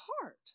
heart